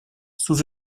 sous